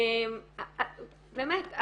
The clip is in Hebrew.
באמת,